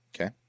Okay